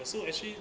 so actually